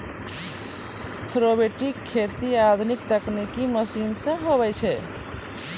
robotic खेती आधुनिक तकनिकी मशीन से हुवै छै